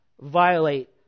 violate